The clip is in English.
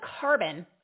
carbon